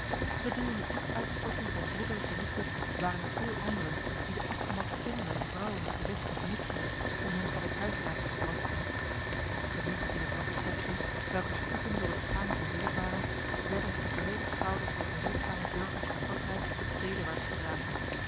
gedurende die uitstorting van broederlijke liefde waren er veel anderen die de afgematte kinderen en vrouwen op de weg tegemoet gingen om hen van het huisraad te ontlasten genoeg dier zwakke schepsels welkers voeten door het gaan bezeerd waren werden op de brede schouders der behulpzame burgers van kortrijk stedewaarts gedragen